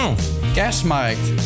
Kerstmarkt